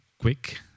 quick